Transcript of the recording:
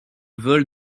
vols